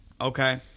Okay